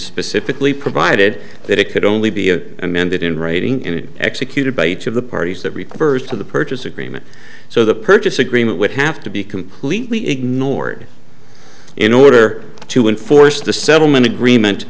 specifically provided that it could only be an amended in writing in executed by each of the parties that refers to the purchase agreement so the purchase agreement would have to be completely ignored in order to enforce the settlement agreement